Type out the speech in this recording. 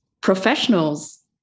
professionals